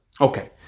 Okay